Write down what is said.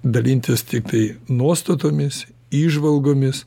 dalintis tiktai nuostatomis įžvalgomis